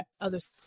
others